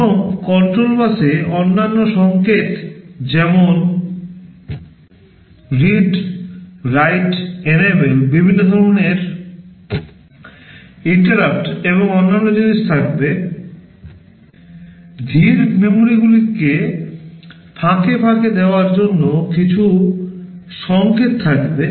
এবং কন্ট্রোল বাসে অন্যান্য সংকেত যেমন read write enable বিভিন্ন ধরণের interrupt এবং অন্যান্য জিনিস থাকবে ধীর memoryগুলিকে ফাঁকে ফাঁকে দেওয়ার জন্য কিছু সংকেত থাকবে